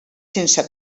sense